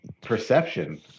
perception